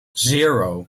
zero